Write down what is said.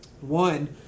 One